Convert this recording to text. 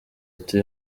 uti